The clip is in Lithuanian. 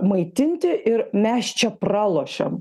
maitinti ir mes čia pralošiam